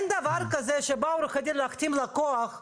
לתת עדיפות כי הם כרגע בלי מסמכים בסיסיים,